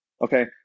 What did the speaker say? Okay